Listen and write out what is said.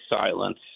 silence